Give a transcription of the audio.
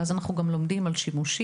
ואז אנחנו גם לומדים על שימושים,